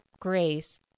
Grace